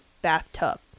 bathtub